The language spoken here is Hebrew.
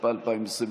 התשפ"א 2021,